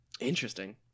Interesting